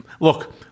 Look